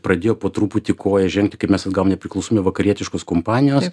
pradėjo po truputį koją žengti kai mes atgavom nepriklausomybę vakarietiškos kompanijos